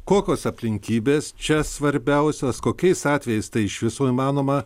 kokios aplinkybės čia svarbiausios kokiais atvejais tai iš viso įmanoma